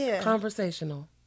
conversational